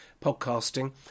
podcasting